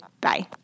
Bye